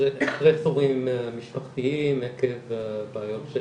סטרס אירועים משפחתיים עקב בעיות של